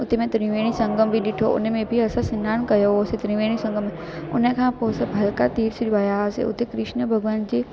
उते मां त्रिवेणी संगम बि ॾिठो हुन में बि असां सनानु कयो होसीं त्रिवेणी संगम में हुन खां पोइ सभु भालका तीर्थ विया हुआसीं हुते कृष्ण भॻवानु जे